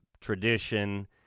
tradition